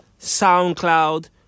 SoundCloud